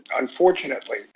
unfortunately